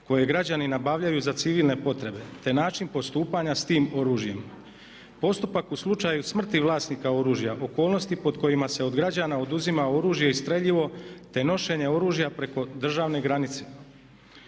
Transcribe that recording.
koje građanin nabavljaju za civilne potrebe te način postupanja s tim oružjem. Postupak u slučaju smrti vlasnika smrti oružja, okolnosti pod kojima se od građana oduzima oružje i streljivo te nošenje oružja preko državne granice.